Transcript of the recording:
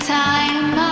time